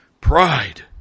pride